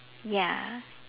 ya